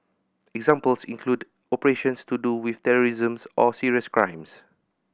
examples include operations to do with terrorism or serious crimes